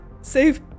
save